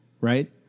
right